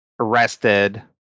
Arrested